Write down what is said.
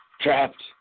Trapped